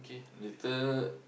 okay later